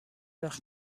وقت